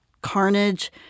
carnage